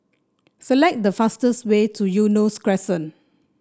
select the fastest way to Eunos Crescent